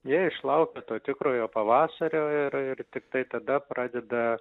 jie išlaukia to tikrojo pavasario ir ir tiktai tada pradeda